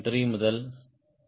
3 முதல் 2